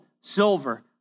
silver